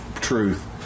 truth